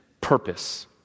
purpose